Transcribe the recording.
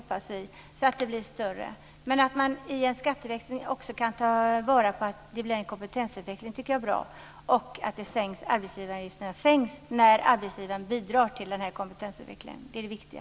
Jag tycker att det är bra att man kan se till att det blir en kompetensutveckling i en skatteväxling också. Det är också bra att arbetsgivaravgiften sänks när arbetsgivaren bidrar till kompetensutvecklingen. Det är det viktiga.